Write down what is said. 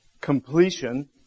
completion